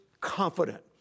confident